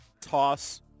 toss